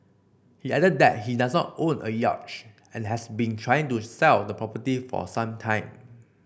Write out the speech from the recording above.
he added that he does not own a yacht and has been trying to sell the property for some time